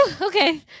Okay